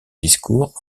discours